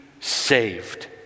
saved